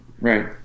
right